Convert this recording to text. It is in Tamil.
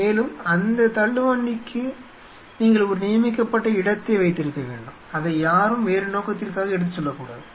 மேலும் அந்த தள்ளுவண்டிக்கு நீங்கள் ஒரு நியமிக்கப்பட்ட இடத்தை வைத்திருக்க வேண்டும் அதை யாரும் வேறு நோக்கத்திற்காக எடுத்துச் செல்லக்கூடாது